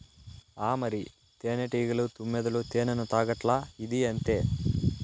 ఆ మరి, తేనెటీగలు, తుమ్మెదలు తేనెను తాగట్లా, ఇదీ అంతే